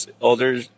older